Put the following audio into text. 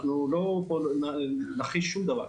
אנחנו לא מנחשים פה שום דבר.